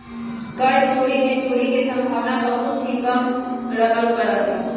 कर चोरी में चोरी के सम्भावना बहुत ही कम रहल करा हई